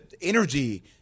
energy